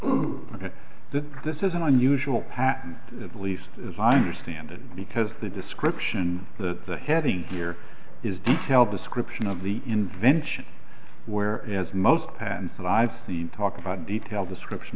oh ok this is an unusual pattern at least as i understand it because the description that the heading here is detailed description of the invention whereas most patents and i've seen talk about a detailed description